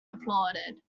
applauded